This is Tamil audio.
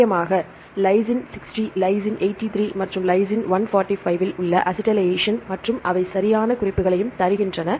முக்கியமாக Lys 60 Lys 83 மற்றும் Lys 145 இல் உள்ள அசிடைலேஷன் மற்றும் அவை சரியான குறிப்புகளையும் தருகின்றன